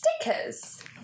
stickers